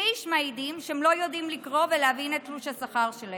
שליש מהם מעידים שהם לא יודעים לקרוא ולהבין את תלוש השכר שלהם.